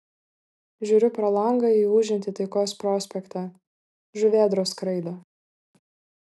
žiūriu pro langą į ūžiantį taikos prospektą žuvėdros skraido